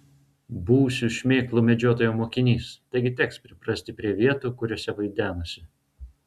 būsiu šmėklų medžiotojo mokinys taigi teks priprasti prie vietų kuriose vaidenasi